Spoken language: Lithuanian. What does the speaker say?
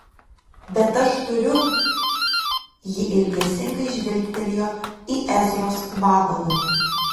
bet aš turiu ji ilgesingai žvilgtelėjo į ezros vabalą